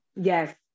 Yes